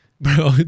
bro